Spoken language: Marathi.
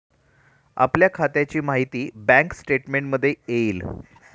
आपल्या खात्याची माहिती बँक स्टेटमेंटमध्ये येईल